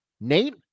Nate